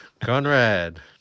Conrad